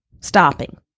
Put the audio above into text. stopping